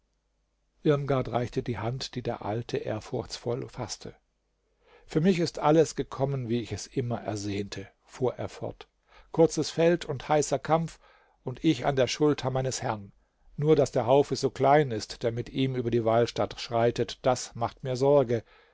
irmgard reichte die hand die der alte ehrfurchtsvoll faßte für mich ist alles gekommen wie ich es immer ersehnte fuhr er fort kurzes feld und heißer kampf und ich an der schulter meines herrn nur daß der haufe so klein ist der mit ihm über die walstatt schreitet das macht mir sorge